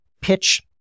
pitch